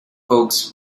folks